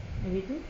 dah gitu